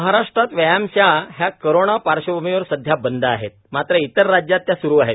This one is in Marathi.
महाराष्ट्रात व्यायामशाळा हया करोणा पार्श्वभूमीवर सध्या बंद आहेत मात्र इतर राज्यात त्या सुरू आहेत